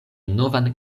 novan